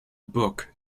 book